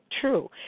true